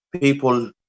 people